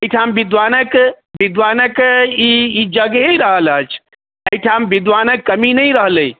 एहिठाम बिद्वानक बिद्वानक ई ई जगहे रहल अछि एहिठाम बिद्वानक कमी नहि रहलै